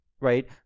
right